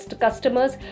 customers